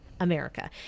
America